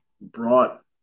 brought